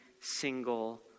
single